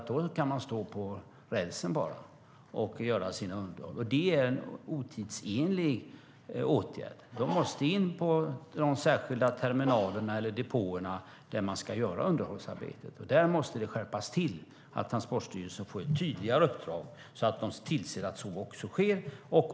Då kan man stå på rälsen och göra sitt underhåll. Det är otidsenligt. Man måste köra in på de särskilda terminalerna eller depåerna där man ska göra underhållsarbete. Där måste man skärpa uppdraget till Transportstyrelsen, så att det blir tydligare och så att Transportstyrelsen tillser att så också sker.